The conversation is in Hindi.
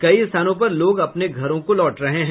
कई स्थानों पर लोग अपने घरों को लौट रहे हैं